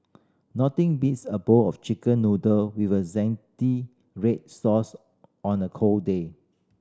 nothing beats a bowl of Chicken Noodle with a zingy red sauce on a cold day